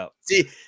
See